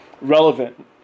relevant